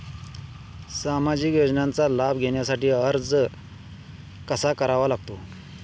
सामाजिक योजनांचा लाभ घेण्यासाठी अर्ज कसा करावा लागतो?